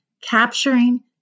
capturing